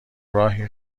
راهی